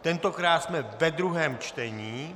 Tentokrát jsme ve druhém čtení.